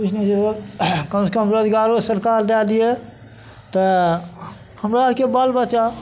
किछु नहि मिलए कम सऽ कम रोजगारो सरकार दए दियए तऽ हमरा आरके बाल बच्चा